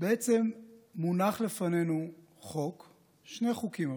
בעצם מונחים לפנינו שני חוקים,